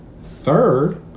Third